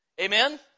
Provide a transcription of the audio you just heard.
Amen